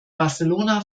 barcelona